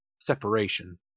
separation